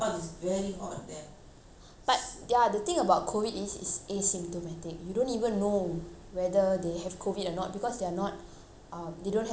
but ya the thing about COVID is it's asymptomatic you don't even know whether they have COVID or not because they're not ah they don't have symptoms and all that right